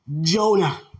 Jonah